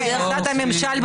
לצאת.